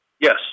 Yes